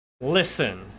Listen